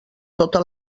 tota